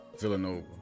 Villanova